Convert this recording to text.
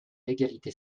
l’égalité